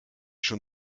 schon